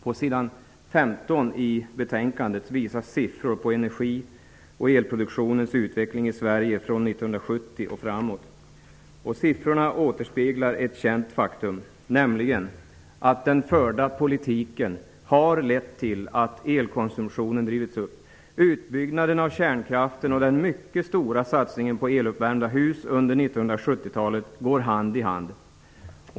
På sidan 15 i betänkandet visas siffror på energioch elproduktionens utveckling i Sverige från 1970 och framåt. Siffrorna återspeglar ett känt faktum, nämligen att den förda politiken har lett till att elkonsumtionen drivits upp. Utbyggnaden av kärnkraften och den mycket stora satsningen på eluppvärmda hus under 1970-talet går hand i hand.